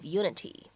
unity